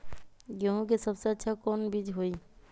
गेंहू के सबसे अच्छा कौन बीज होई?